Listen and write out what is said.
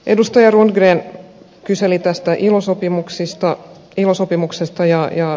edustaja rundgren kyseli ilo sopimuksesta ja ristiriidoista